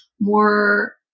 more